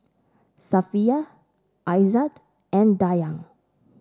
Safiya Aizat and Dayang